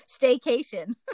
staycation